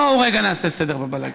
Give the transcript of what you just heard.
בואו רגע נעשה סדר בבלגן.